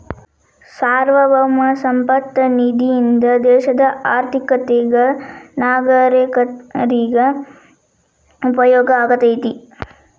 ಸಾರ್ವಭೌಮ ಸಂಪತ್ತ ನಿಧಿಯಿಂದ ದೇಶದ ಆರ್ಥಿಕತೆಗ ನಾಗರೇಕರಿಗ ಉಪಯೋಗ ಆಗತೈತಿ